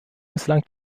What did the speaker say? misslang